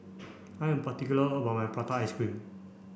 I am particular about my prata ice cream